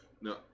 No